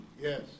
Yes